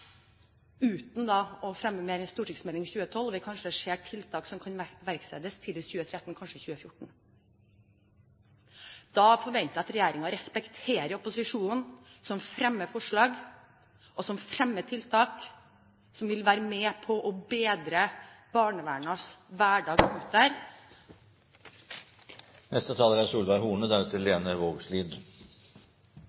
uten å fremme mer enn en stortingsmelding i 2012 – vi ser kanskje tiltak som kan iverksettes tidligst i 2013 eller 2014. Da forventer jeg at regjeringen respekterer opposisjonen, som fremmer forslag, og som fremmer tiltak som vil være med på å bedre barnevernets